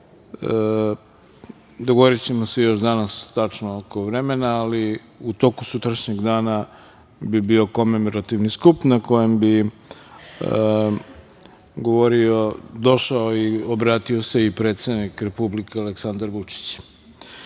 skupštini. Dogovorićemo se još danas tačno oko vremena, ali u toku sutrašnjeg dana bi bio komemorativni skup na kojem bi došao i obratio se i predsednik Republike Aleksandar Vučić. Idemo